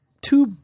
two